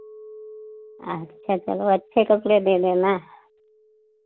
अच्छा चलो अच्छे कपड़े दे देना